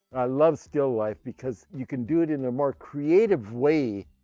i love still life because you can do it in a more creative way,